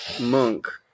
monk